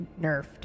nerfed